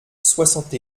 soixante